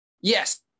yes